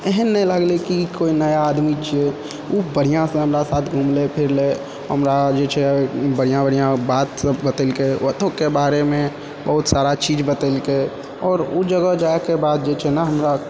एहन नइ लगलै कि कोइ नया आदमी छियै खूब बढ़िआँ सँ हमरा साथ घुमले फिरलै हमरा जे छै बढ़िआँ बढ़िआँ बात सभ बतेलकै ओतऽके बारेमे बहुत सारा चीज बतेलकै आओर ओ जगह जाइके बाद जे छै ने हमरा